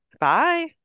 Bye